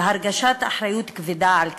והרגשת אחריות כבדה על כתפי,